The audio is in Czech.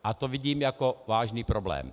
A to vidím jako vážný problém.